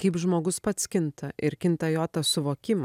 kaip žmogus pats kinta ir kinta jo tas suvokima